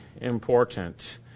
important